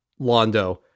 Londo